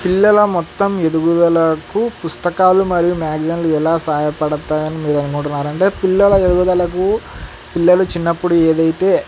పిల్లల మొత్తం ఎదుగుదలకు పుస్తకాలు మరియు మ్యాగ్జిన్లు ఎలా సహాయపడతాయని మీరు అనుముంటున్నారంటే పిల్లల ఎదుగుదలకు పిల్లలు చిన్నప్పుడు ఏదైతే